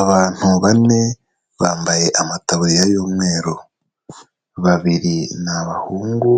Abantu bane bambaye amataburiya y'umweru babiri ni abahungu